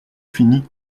finis